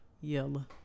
yellow